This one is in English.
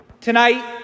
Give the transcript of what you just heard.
Tonight